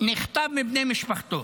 נחטף מבני משפחתו.